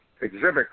exhibit